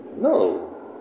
no